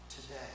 today